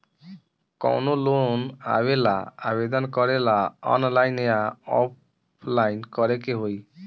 कवनो लोन लेवेंला आवेदन करेला आनलाइन या ऑफलाइन करे के होई?